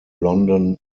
london